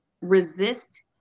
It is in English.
resist